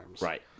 Right